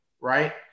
right